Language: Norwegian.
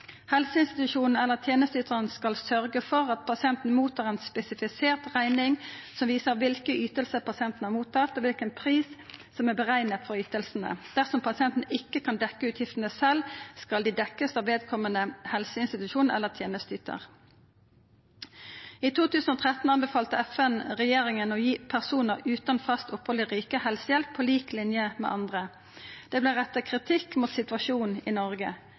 Helseinstitusjonen eller tjenesteyteren skal sørge for at pasienten mottar en spesifisert regning som viser hvilke ytelser pasienten har mottatt, og hvilken pris som er beregnet for ytelsene. Dersom pasienten ikke kan dekke utgiftene selv, skal de dekkes av vedkommende helseinstitusjon eller tjenesteyter.» I 2013 anbefalte FN regjeringa å gi personar utan fast opphald i riket helsehjelp på lik linje med andre. Det vart retta kritikk mot situasjonen i